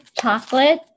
chocolate